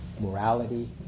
morality